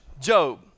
Job